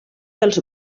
els